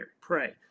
pray